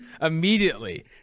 immediately